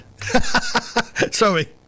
Sorry